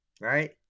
Right